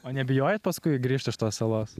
o nebijojot paskui grįžt iš tos salos